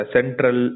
Central